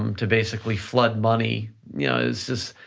um to basically flood money. yeah it's just,